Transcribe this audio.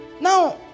Now